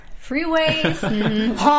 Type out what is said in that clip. freeways